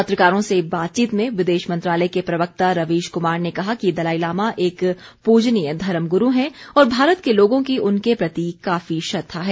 पत्रकारों से बातचीत में विदेश मंत्रालय के प्रवक्ता रवीश कुमार ने कहा कि दलाईलामा एक प्रज्यनीय धर्म गुरू हैं और भारत के लोगों की उनके प्रति काफी श्रद्धा है